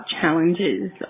challenges